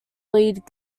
lead